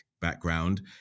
background